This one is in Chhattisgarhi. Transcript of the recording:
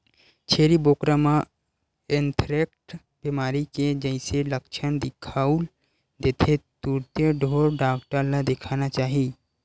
छेरी बोकरा म एंथ्रेक्स बेमारी के जइसे लक्छन दिखउल देथे तुरते ढ़ोर डॉक्टर ल देखाना चाही